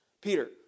Peter